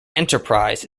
enterprise